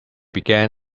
began